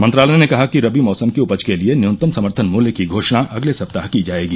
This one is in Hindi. मंत्रालय ने कहा कि रबी मौसम की उपज के लिए न्यूनतम समर्थन मूल्य की घोषणा अगले सप्ताह की जाएगी